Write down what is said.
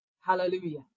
Hallelujah